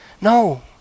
No